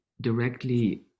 directly